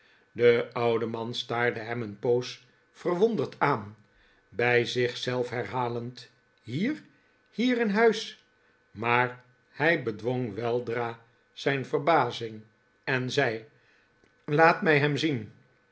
de oude man staarde hem een poos verwonderd aan bij zich zelf herhalend hier hier in huis maar hij bedwong weldra zijn verbazing en zei laat mij hem zien